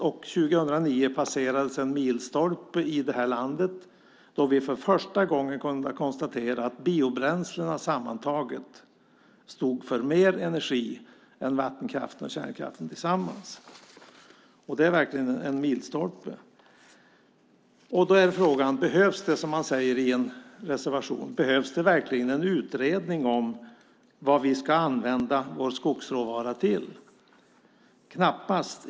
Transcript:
År 2009 passerades en milstolpe i detta land då vi för första gången kunde konstatera att biobränslena sammantaget stod för mer energi än vattenkraften och kärnkraften tillsammans. Det är verkligen en milstolpe. Då är frågan: Behövs det, som man säger i en reservation, verkligen en utredning om vad vi ska använda vår skogsråvara till? Knappast!